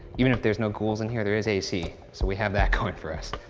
even if there's no ghouls in here, there is ac, so we have that going for us.